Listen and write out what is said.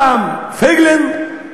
פעם פייגלין,